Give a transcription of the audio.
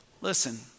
Listen